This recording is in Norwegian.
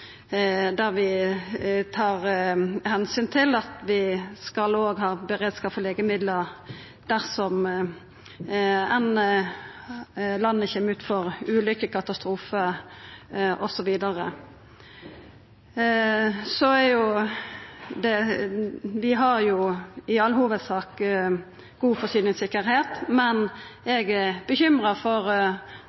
til at vi òg skal ha beredskap for legemiddel dersom landet kjem ut for ulykker, katastrofar, osv. Vi har i all hovudsak god forsyningssikkerheit, men eg er bekymra for